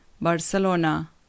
Barcelona